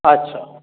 अच्छा